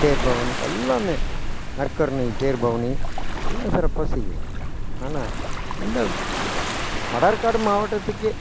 தேர்பவனி எல்லாமே நற்கருணை தேர்பவணி எல்லாம் சிறப்பாக செய்வோம் ஆனால் இந்த வட ஆற்காடு மாவட்டத்துக்கே